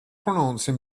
pronounced